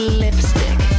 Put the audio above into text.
lipstick